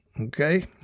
okay